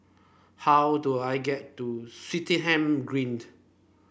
how do I get to Swettenham Greened